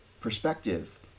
perspective